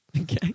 Okay